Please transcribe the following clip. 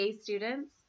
students